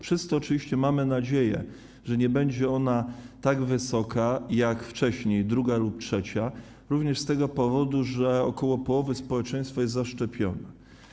Wszyscy oczywiście mamy nadzieję, że nie będzie ona tak wysoka jak wcześniej druga lub trzecia, również z tego powodu, że około połowa społeczeństwa jest zaszczepiona.